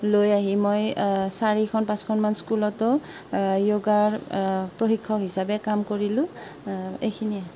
চাৰিখন পাঁচখনমান স্কুলতো য়োগাৰ প্ৰশিক্ষক হিচাপে কাম কৰিলোঁ এইখিনিয়েই